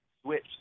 Switch